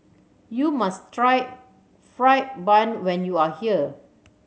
you must try fried bun when you are here